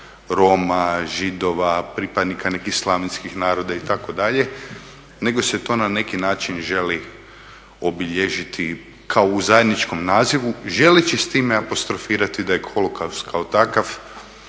Roma, Židova pripadnika nekih slavenskih naroda itd. nego se to na neki način želi obilježiti kao u zajedničkom nazivu želeći s time apostrofirati da je holokaust kao takav